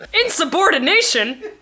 Insubordination